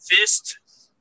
Fist